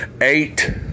Eight